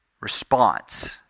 response